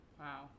Wow